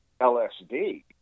LSD